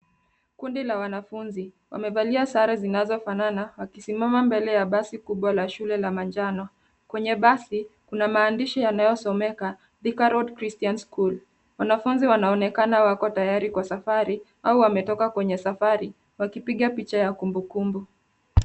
Kundi la wanafunzi wamevalia sare zinazofanana wakisimama mbele ya basi kubwa la shule ya manjano. Kwenye basi, kuna maandishi yanayosomomeka Thika Road Christian School . Wanafunzi wanaonekana wako tayari kwa safari au wametoka kwenye safari wakipiga picha ya kumbukumbu.